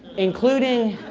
including,